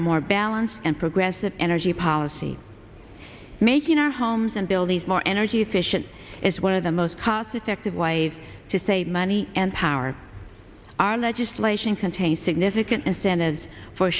a more balanced and progressive energy policy making our homes and buildings more energy efficient is one of the most cost effective ways to save money and power our legislation contains significant incentives for